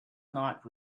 night